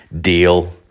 deal